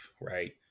right